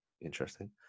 interesting